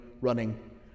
running